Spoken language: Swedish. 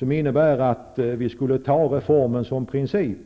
Den innebär att vi skulle anta reformen som princip